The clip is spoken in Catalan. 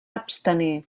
abstenir